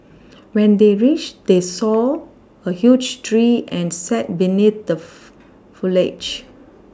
when they reached they saw a huge tree and sat beneath the foliage